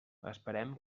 esperem